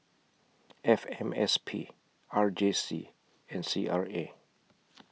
F M S P R J C and C R A